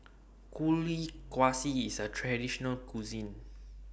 Kuih Kaswi IS A Traditional Local Cuisine